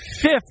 fifth